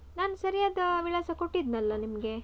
ನಾನು ಸರಿಯಾದ ವಿಳಾಸ ಕೊಟ್ಟಿದ್ದೆನಲ್ಲ ನಿಮಗೆ